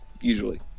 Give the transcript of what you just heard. usually